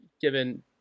given